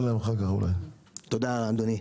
אדוני.